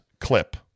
clip